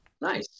Nice